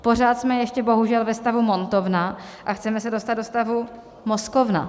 Pořád jsme ještě bohužel ve stavu montovna a chceme se dostat do stavu mozkovna.